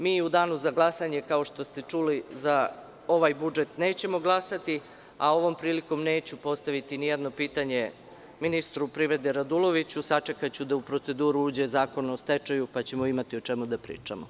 Mi u danu za glasanje, kao što ste čuli, za ovaj budžet nećemo glasati, a ovom prilikom neću postaviti nijedno pitanje ministru privrede Raduloviću, sačekaću da u proceduru uđe zakon o stečaju, pa ćemo imati o čemu da pričamo.